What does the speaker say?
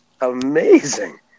amazing